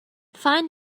find